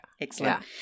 Excellent